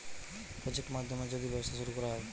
project মাধ্যমে যদি ব্যবসা শুরু করা হয়